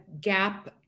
gap